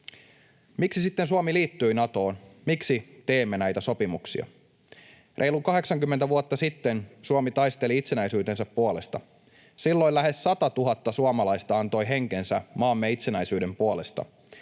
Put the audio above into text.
Miksi sitten Suomi liittyi Natoon? Miksi teemme näitä sopimuksia? Reilut 80 vuotta sitten Suomi taisteli itsenäisyytensä puolesta. Silloin lähes 100 000 suomalaista antoi henkensä maamme itsenäisyyden puolesta.